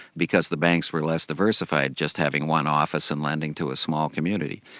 because the banks were less diversified, just having one office and lending to a small community.